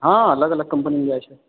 हँ अलग अलग कम्पनी जाइत छै